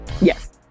Yes